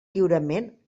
lliurement